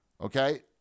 okay